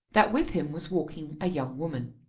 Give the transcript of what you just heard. that with him was walking a young woman.